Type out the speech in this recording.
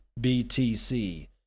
BTC